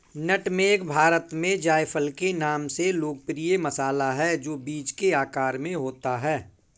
नट मेग भारत में जायफल के नाम से लोकप्रिय मसाला है, जो बीज के आकार में होता है